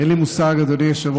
אין לי מושג, אדוני היושב-ראש,